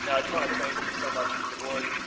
yeah i just want to thank you so much to the board,